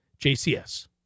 JCS